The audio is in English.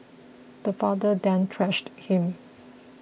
the father then thrashed him